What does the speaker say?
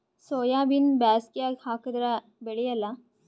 ಸೋಯಾಬಿನ ಬ್ಯಾಸಗ್ಯಾಗ ಹಾಕದರ ಬೆಳಿಯಲ್ಲಾ?